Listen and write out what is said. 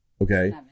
Okay